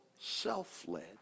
self-led